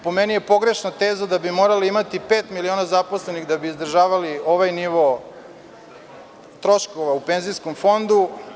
Po meni je pogrešna teza da bi morali imati pet miliona zaposlenih da bi izdržavali ovaj nivo troškova u penzijskom fondu.